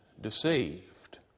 deceived